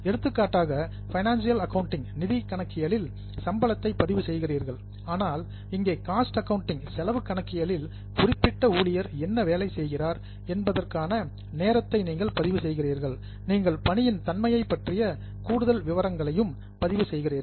எடுத்துக்காட்டாக financial accounting நிதி கணக்கியலில் சம்பளத்தை பதிவு செய்கிறீர்கள் ஆனால் இங்கே காஸ்ட் அக்கவுண்டிங் செலவு கணக்கியலில் குறிப்பிட்ட ஊழியர் என்ன வேலை செய்கிறார் என்பதற்கான நேரத்தை நீங்கள் பதிவு செய்கிறீர்கள் நீங்கள் பணியின் தன்மை பற்றிய கூடுதல் விவரங்களையும் பதிவு செய்கிறீர்கள்